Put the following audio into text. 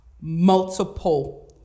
multiple